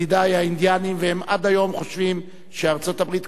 והם עד היום חושבים שארצות-הברית כבשה את מדינתם,